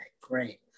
great